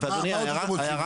מה עוד אתם רוצים,